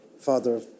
Father